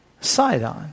Sidon